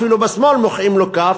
אפילו בשמאל מוחאים לו כף,